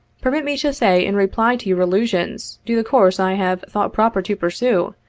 permit me to say, in reply to your allusions to the course i have thought proper to pursue,